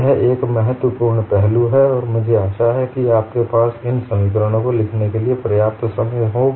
यह एक बहुत ही महत्वपूर्ण पहलू है और मुझे आशा है कि आपके पास इन समीकरणों को लिखने के लिए पर्याप्त समय होगा